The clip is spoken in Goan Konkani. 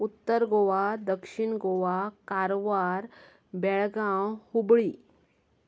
उत्तर गोवा दक्षीण गोवा कारवार बेळगांव हुबळी